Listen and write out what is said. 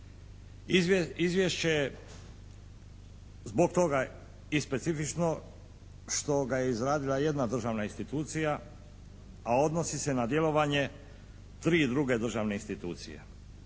Izvješće je zbog toga i specifično što ga je izradila jedna državna institucija, a odnosi se na djelovanje tri druge državne institucije.